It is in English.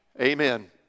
Amen